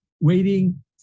waiting